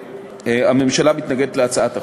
הממשלה מתנגדת להצעת החוק.